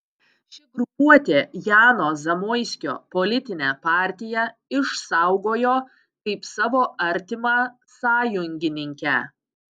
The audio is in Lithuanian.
ši grupuotė jano zamoiskio politinę partiją išsaugojo kaip savo artimą sąjungininkę